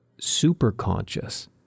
superconscious